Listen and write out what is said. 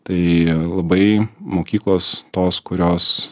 tai labai mokyklos tos kurios